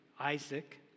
Isaac